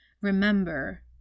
remember